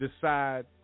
decide